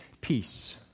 peace